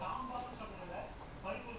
I thought usually is submit when it caught okay all